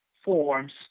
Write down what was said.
forms